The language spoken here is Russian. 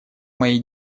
моей